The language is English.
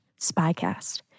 Spycast